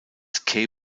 cape